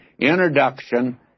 introduction